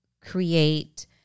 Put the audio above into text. create